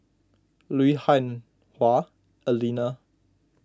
Lui Hah Wah Elena